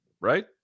Right